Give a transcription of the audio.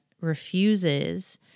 refuses